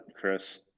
Chris